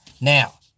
now